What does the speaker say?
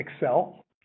Excel